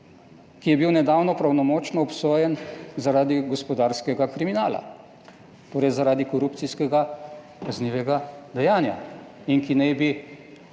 ki je bil nedavno pravnomočno obsojen zaradi gospodarskega kriminala, torej zaradi korupcijskega kaznivega dejanja in ki naj bi